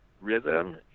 rhythm